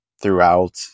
throughout